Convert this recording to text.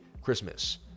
Christmas